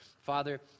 Father